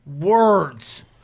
words